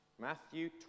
Matthew